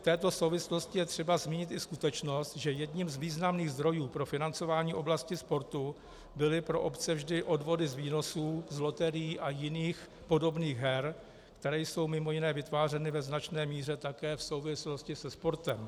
V této souvislosti je třeba zmínit i skutečnost, že jedním z významných zdrojů pro financování oblasti sportu byly pro obce vždy odvody z výnosů z loterií a jiných podobných her, které jsou mimo jiné vytvářeny ve značné míře také v souvislosti se sportem.